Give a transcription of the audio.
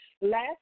last